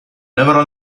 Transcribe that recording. never